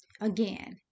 Again